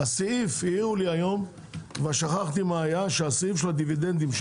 כבר העירו לי היום שהסעיף של הדיבידנדים,